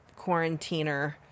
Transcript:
quarantiner